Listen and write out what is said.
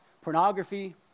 pornography